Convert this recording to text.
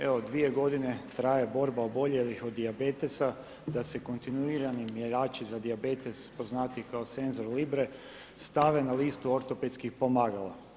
Evo, dvije godine traje borba oboljelih od dijabetesa da se kontinuirani mjerači za dijabetes, poznatiji kao senzor libre stave na listu ortopedskih pomagala.